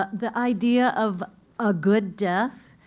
the idea of a good death.